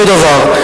אותו דבר.